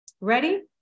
Ready